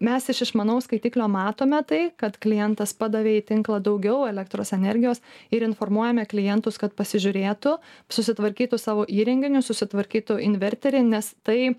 mes iš išmanaus skaitiklio matome tai kad klientas padavė į tinklą daugiau elektros energijos ir informuojame klientus kad pasižiūrėtų susitvarkytų savo įrenginius susitvarkytų inverterį nes tai